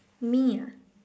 me ah